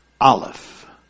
aleph